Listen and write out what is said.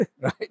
Right